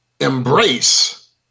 embrace